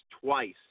twice